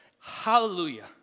Hallelujah